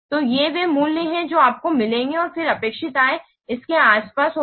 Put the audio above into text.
तो ये वे मूल्य हैं जो आपको मिलेंगे और फिर अपेक्षित आय इसके आसपास होगी